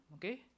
okay